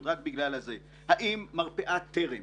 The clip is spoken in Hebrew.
האם מרפאת טרם